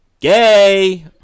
gay